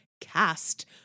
cast